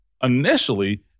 initially